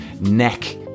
neck